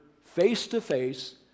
face-to-face